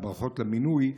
אז ברכות על המינוי,